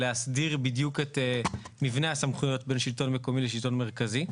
להסדיר בדיוק את מבנה הסמכויות בין שלטון מקומי לשלטון מרכזי.